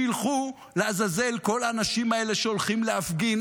שילכו לעזאזל כל האנשים האלה שהולכים להפגין,